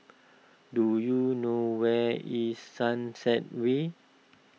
do you know where is Sunset Way